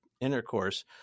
intercourse